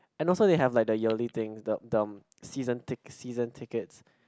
and also they have like the yearly thing the the season ticks season tickets